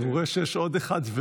והוא רואה שיש עוד אחד.